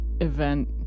event